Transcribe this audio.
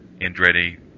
andretti